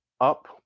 Up